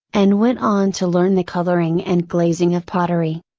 and went on to learn the coloring and glazing of pottery.